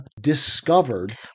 discovered